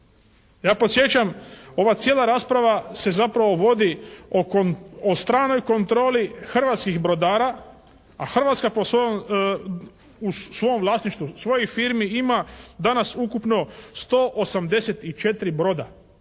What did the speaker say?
Ja podsjećam, ova cijela rasprava se zapravo vodi oko, o stranoj kontroli hrvatskih brodara. A Hrvatska u svom vlasništvu svojih firmi ima danas ukupno 184 broda,